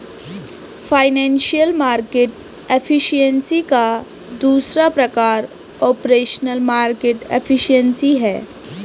financial market efficiency का दूसरा प्रकार ऑपरेशनल मार्केट एफिशिएंसी है